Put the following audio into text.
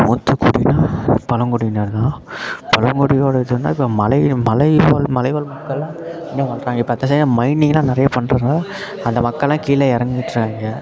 மூத்தக் குடினால் பழங்குடியினர் தான் பழங்குடியோட இதனா இப்போ மலை மலைவாழ் மலைவாழ் மக்களெலாம் அங்கே தான் வாழ்றாங்க இப்போ அந்த சைடில் மைனிங்கெலாம் நிறையா பண்ணுறனால அந்த மக்களெலாம் கீழே இறங்கிட்றாங்க